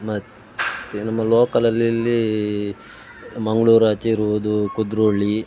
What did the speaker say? ಮತ್ತು ನಮ್ಮ ಲೋಕಲಲ್ಲಿ ಮಂಗಳೂರಾಚೆ ಇರುವುದು ಕುದ್ರೋಳಿ